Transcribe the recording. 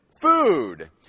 food